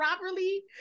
properly